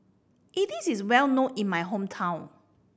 idili is well known in my hometown